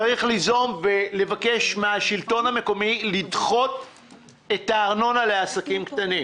צריך ליזום ולבקש מהשלטון המקומי לדחות את הארנונה לעסקים קטנים.